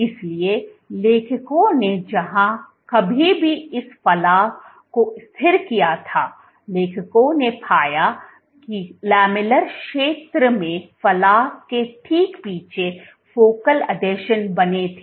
इसलिए लेखकों ने जहां कहीं भी इस फलाव को स्थिर किया था लेखकों ने पाया कि लामेलर क्षेत्र में फलाव के ठीक पीछे फोकल आसंजन बने थे